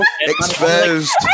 Exposed